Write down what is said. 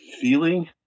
feeling